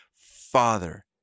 father